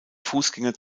fußgänger